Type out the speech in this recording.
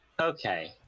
okay